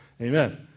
Amen